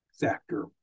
factor